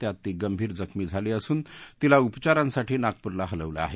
त्यात ती गंभीर जखमी झाली असून तिला उपचारांसाठी नागपूरला हलवलं आहे